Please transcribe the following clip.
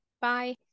Bye